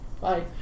Bye